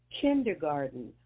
Kindergarten